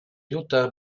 jutta